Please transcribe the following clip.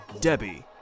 Debbie